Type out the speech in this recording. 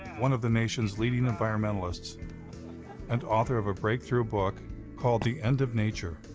one of the nation's leading environmentalists and author of a breakthrough book called the end of nature,